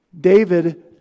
David